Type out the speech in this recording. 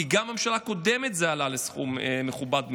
כי גם בממשלה הקודמת זה עלה לסכום מכובד מאוד,